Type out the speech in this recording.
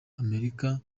amerika